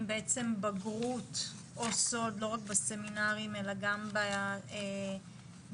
בגרות לא רק בסמינרים אלא גם בישיבות?